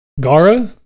Gara